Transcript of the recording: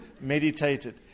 meditated